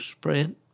friend